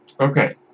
Okay